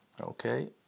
Okay